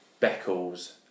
Beckles